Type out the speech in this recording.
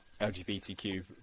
LGBTQ